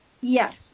Yes